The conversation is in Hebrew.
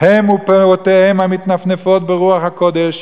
"הם, ופאותיהם המתנפנפות ברוח הקודש.